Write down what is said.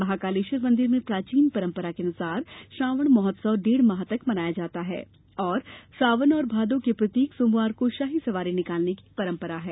महाकालेश्वर मंदिर में प्राचीन परपंरानुसार श्रावण महोत्सव डेढ माह तक मनाया जाता है और श्रावण एवं भादौ के प्रत्येक सोमवार को सवारी निकालने की परंपरा है